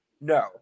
no